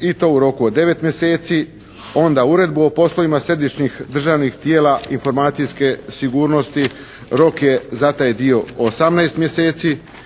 i to u roku od 9 mjeseci. Onda uredbu o poslovima središnjih državnih tijela informacijske sigurnost, rok je za taj dio 18 mjeseci